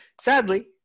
Sadly